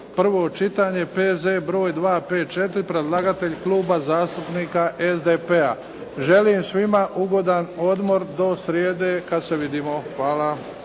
prvo čitanje, P.Z. br. 254, Predlagatelj: Klub zastupnika SDP-a. Želim svima ugodan odmor do srijede kad se vidimo. Hvala.